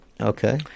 Okay